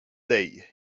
day